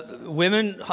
women